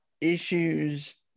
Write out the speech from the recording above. issues